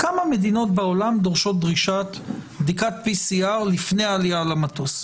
כמה מדינות בעולם דורשות בדיקת PCR לפני העלייה למטוס?